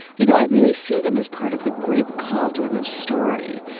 you know, i really see them as part of the great caldron of story,